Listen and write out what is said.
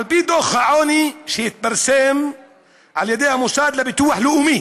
על פי דוח העוני שהתפרסם על ידי המוסד לביטוח לאומי